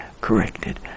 corrected